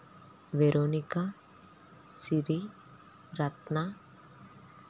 Veronica Siri Ratna